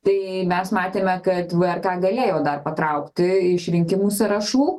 tai mes matėme kad vrk galėjo dar patraukti iš rinkimų sąrašų